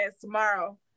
tomorrow